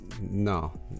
No